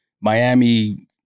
Miami